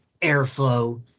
airflow